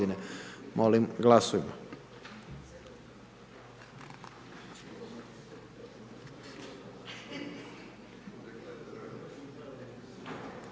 Molim glasujmo.